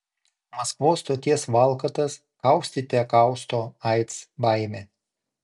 maskvos stoties valkatas kaustyte kausto aids baimė